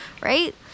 right